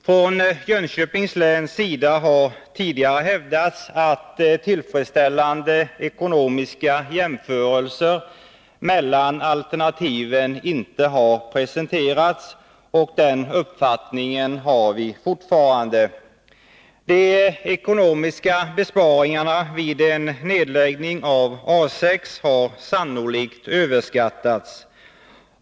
Från Jönköpings läns sida har tidigare hävdats att tillfredsställande ekonomiska jämförelser mellan alternativen inte har presenterats, och den uppfattningen har vi fortfarande. De ekonomiska besparingarna vid en nedläggning av A 6 har sannolikt överskattats.